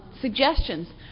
suggestions